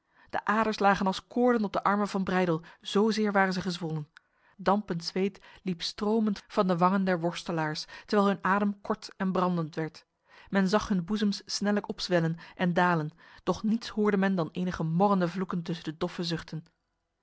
de aders lagen als koorden op de armen van breydel zozeer waren zij gezwollen dampend zweet liep stromend van de wangen der worstelaars terwijl hun adem kort en brandend werd men zag hun boezems snellijk opzwellen en dalen doch niets hoorde men dan enige morrende vloeken tussen de doffe zuchten